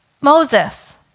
Moses